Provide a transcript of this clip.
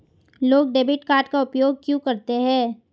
लोग debit card का उपयोग क्यों करते हैं?